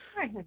Hi